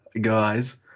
guys